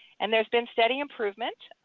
and there has been steady improvement.